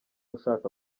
ushaka